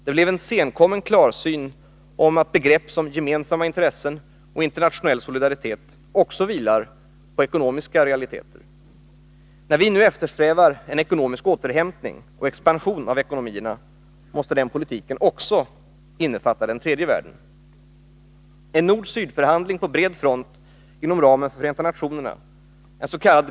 Det blev en senkommen klarsyn om att begrepp som gemensamma intressen och internationell solidaritet också vilar på ekonomiska realiteter. När vi nu eftersträvar en ekonomisk återhämtning och expansion av ekonomierna måste den politiken också innefatta den tredje världen. En nord-sydförhandling på bred front inom ramen för Förenta nationerna —-ens.k.